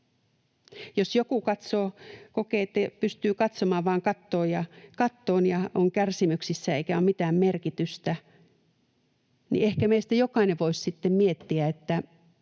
Jos joku kokee, että pystyy vaan katsomaan kattoon ja on kärsimyksissä, eikä ole mitään merkitystä, niin ehkä meistä jokainen voisi sitten miettiä, että